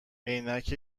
عینک